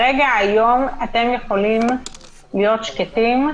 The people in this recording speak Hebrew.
היום אתם יכולים להיות שקטים,